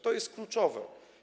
To jest kluczowe.